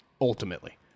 ultimately